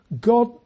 God